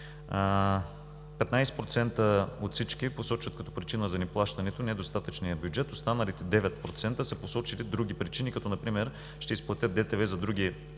от всички посочват като причина за неплащането недостатъчния бюджет. Останалите 9% са посочили други причини, като например: ще изплатят допълнително